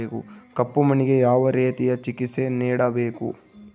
ಕಪ್ಪು ಮಣ್ಣಿಗೆ ಯಾವ ರೇತಿಯ ಚಿಕಿತ್ಸೆ ನೇಡಬೇಕು?